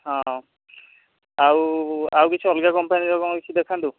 ହଁ ଆଉ ଆଉ କିଛି ଅଲଗା କମ୍ପାନୀର କ'ଣ ଅଛି ଦେଖାନ୍ତୁ